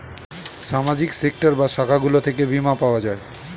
সামাজিক সেক্টর বা শাখাগুলো থেকে বীমা পাওয়া যায়